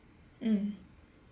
mm